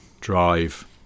drive